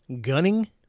Gunning